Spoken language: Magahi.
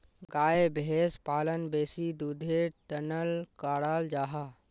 गाय भैंस पालन बेसी दुधेर तंर कराल जाहा